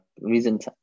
recent